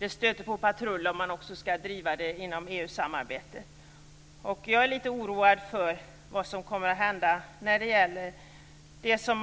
man stöter på patrull inom EU-samarbetet. Man talar ju ofta om den nordiska modellen inom socialpolitiken och välfärdspolitiken.